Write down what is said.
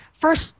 first